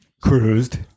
cruised